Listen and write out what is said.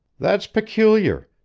that's peculiar.